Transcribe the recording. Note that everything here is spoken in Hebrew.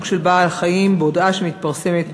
של בעל-חיים בהודעה שמתפרסמת ברשומות.